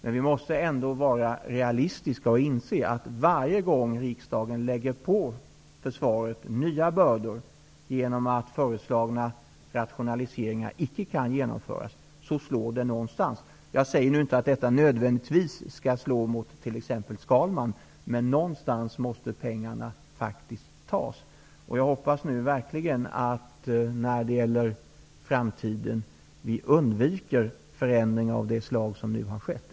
Men vi måste ändå vara realistiska och inse, att varje gång riksdagen lägger på försvaret nya bördor genom att föreslagna rationaliseringar icke kan genomföras, slår detta någonstans. Jag säger nu inte att detta nödvändigtvis skall slå mot t.ex. Skalman. Men någonstans måste pengarna tas. Jag hoppas verkligen att vi i framtiden undviker förändringar av det slag som nu har skett.